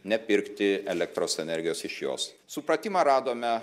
nepirkti elektros energijos iš jos supratimą radome